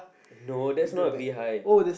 no that's not a bee hive